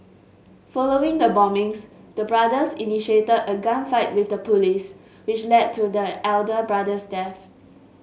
following the bombings the brothers initiated a gunfight with the police which led to the elder brother's death